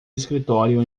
escritório